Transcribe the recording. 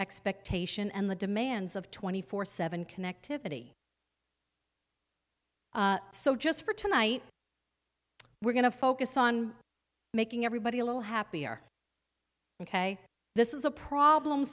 expectation and the demands of twenty four seven connectivity so just for tonight we're going to focus on making everybody a little happier ok this is a problem